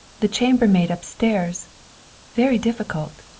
the chambermaid up-stairs very difficult.